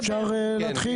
אפשר להתחיל?